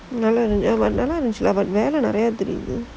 வேலை நிறையா தெரிது:velai niraiyaa thaerithu